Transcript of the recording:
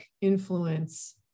influence